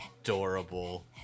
adorable